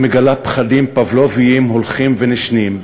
ומגלה פחדים פבלוביים הולכים ונשנים,